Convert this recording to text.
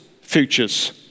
futures